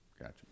Gotcha